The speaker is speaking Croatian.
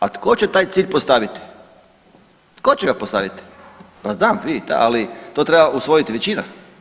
A tko će taj cilj postaviti, tko će ga postaviti? … [[Upadica: Ne razumije se.]] Ma znam vi da, ali to treba usvojiti većina.